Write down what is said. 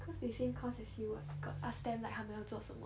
cause they same course as you what got ask them like 他们要做什么